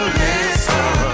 listen